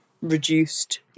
reduced